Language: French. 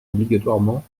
obligatoirement